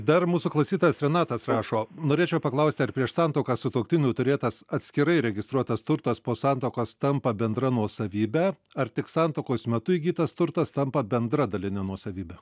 dar mūsų klausytojas renatas rašo norėčiau paklausti ar prieš santuoką sutuoktinių turėtas atskirai registruotas turtas po santuokos tampa bendra nuosavybe ar tik santuokos metu įgytas turtas tampa bendra daline nuosavybe